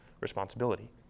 responsibility